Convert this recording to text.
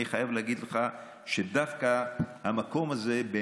אני חייב לומר לך שדווקא המקום הזה הוא